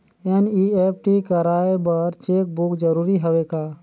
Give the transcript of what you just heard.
NEFT कराय बर cheque book जरूरी हवय का?